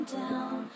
down